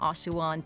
Oshawa